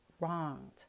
wronged